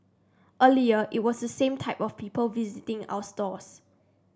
earlier it was the same type of people visiting our stores